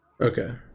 Okay